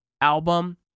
album